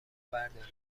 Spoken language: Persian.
برداره